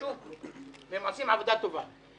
בשוק, והם עושים עבודה טובה.